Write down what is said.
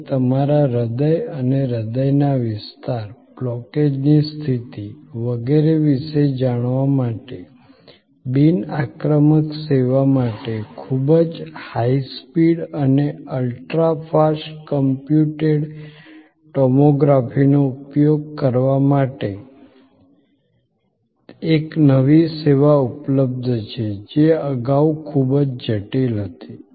હવે તમારા હૃદય અને હૃદયના વિસ્તાર બ્લોકેજની સ્થિતિ વગેરે વિશે જાણવા માટે બિન આક્રમક સેવા માટે ખૂબ જ હાઇ સ્પીડ અને અલ્ટ્રા ફાસ્ટ કમ્પ્યુટેડ ટોમોગ્રાફીનો ઉપયોગ કરવા માટે એક નવી સેવા ઉપલબ્ધ છે જે અગાઉ ખૂબ જ જટિલ હતી